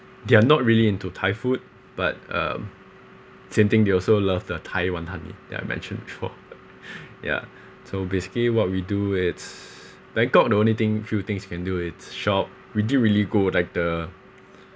they are not really into thai food but um same thing they also love the thai wanton mee that I mentioned before ya so basically what we do it's bangkok the only thing few things you can do it's shop we didn't really go like the